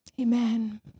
amen